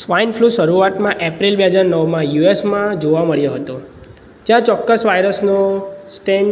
swine flu શરૂઆતમાં April બે હજાર નવમાં યુએસમાં જોવા મળ્યો હતો જ્યાં ચોક્કસ વાઇરસનો સ્ટેન